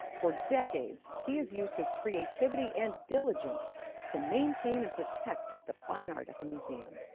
for decades, he has used his creativity and diligence to maintain and protect the fine art at the museum.